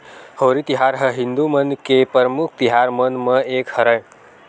होरी तिहार ह हिदू मन के परमुख तिहार मन म एक हरय